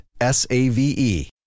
S-A-V-E